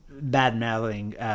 bad-mouthing